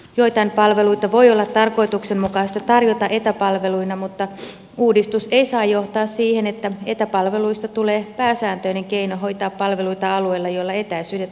joitain palveluita voi olla tarkoituksenmukaista tarjota etäpalveluina mutta uudistus ei saa johtaa siihen että etäpalveluista tulee pääsääntöinen keino hoitaa palveluita alueilla joilla etäisyydet ovat pitkiä